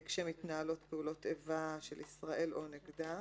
כשמתנהלות פעולות איבה של ישראל או נגדה.